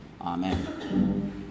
amen